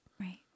Right